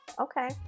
Okay